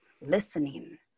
listening